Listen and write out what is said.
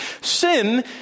Sin